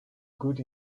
good